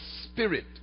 Spirit